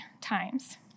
times